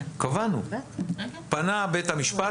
פנה בית המשפט,